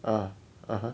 ah (uh huh)